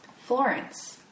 Florence